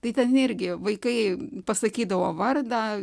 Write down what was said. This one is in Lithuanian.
tai ten irgi vaikai pasakydavo vardą